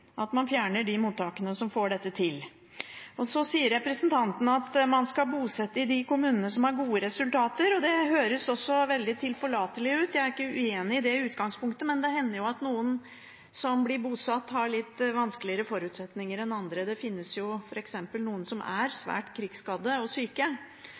hvis man er opptatt av integrering, å fjerne de mottakene som får det til. Representanten Kjønaas Kjos sier at man skal bosette i de kommunene som har gode resultater. Det høres veldig tilforlatelig ut, og jeg er i utgangspunktet ikke uenig i det, men det hender jo at noen av dem som blir bosatt, har litt dårligere forutsetninger enn andre. Det finnes f.eks. folk som er svært krigsskadde og syke.